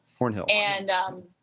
Hornhill